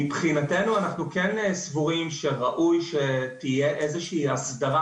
מבחינתנו אנחנו כן סבורים שראוי שתהיה איזושהי הסדרה